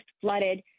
flooded